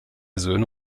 söhne